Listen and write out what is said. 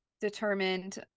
determined